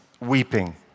weeping